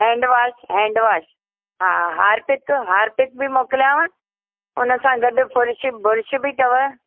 handwash handwash हा Harpic Harpic बि मोकिलियांव हुन सां गॾु बुर्श बुर्श बि अथव